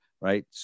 right